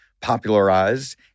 popularized